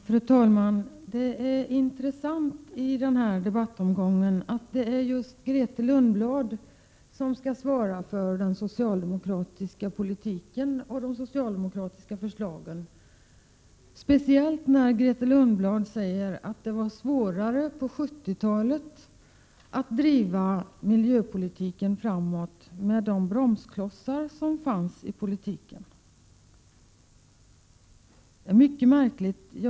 Fru talman! Det är intressant att det är just Grethe Lundblad som i den här debattomgången skall svara när det gäller den socialdemokratiska politiken och de socialdemokratiska förslagen. Grethe Lundblad sade att det på 1970-talet var svårare att driva miljöpolitiken framåt med de bromsklossar som då fanns i politiken. Det är mycket märkligt!